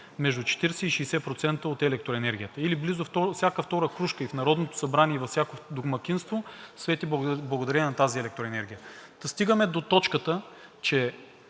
между 40 и 60% от електроенергията, или близо всяка втора крушка и в Народното събрание, и във всяко домакинство свети благодарение на тази електроенергия. Та стигаме до точката, че